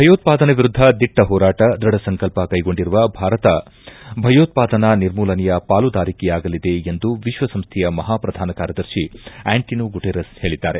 ಭಯೋತ್ಪಾದನೆ ವಿರುದ್ದ ದಿಟ್ಟ ಹೋರಾಟ ದೃಢ ಸಂಕಲ್ಪ ಕೈಗೊಂಡಿರುವ ಭಾರತ ಭಯೋತ್ಪಾದನಾ ನಿರ್ಮೂಲನೆಯ ಪಾಲುದಾರಿಕೆಯಾಗಲಿದೆ ಎಂದು ವಿಶ್ವಸಂಸ್ನೆಯ ಮಹಾ ಪ್ರಧಾನ ಕಾರ್ಯದರ್ಶಿ ಆಂಟನೋ ಗುಟೇರಸ್ ಹೇಳಿದ್ದಾರೆ